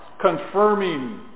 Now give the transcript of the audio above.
confirming